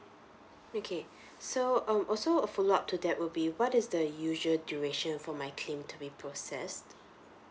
okay so um also a follow up to that will be what is the usual duration for my claim to be process